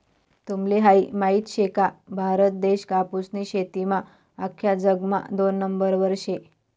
तुम्हले हायी माहित शे का, भारत देश कापूसनी शेतीमा आख्खा जगमा दोन नंबरवर शे